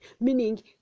meaning